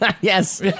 Yes